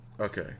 Okay